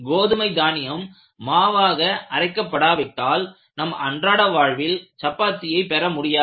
கோதுமை தானியம் மாவாக அரைக்க படாவிட்டால் நம் அன்றாட வாழ்வில் சப்பாத்தியை பெறமுடியாது